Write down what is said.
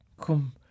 Come